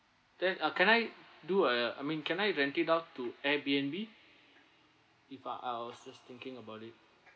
then uh can I do a I mean can I rent it out to air B_N_B if I I was just thinking about it